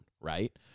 right